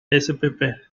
spp